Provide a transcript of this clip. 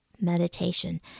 meditation